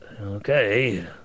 Okay